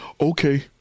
Okay